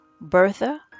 Bertha